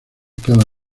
cada